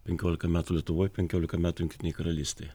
penkiolika metų lietuvoj penkiolika metų jungtinėj karalystėj